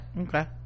okay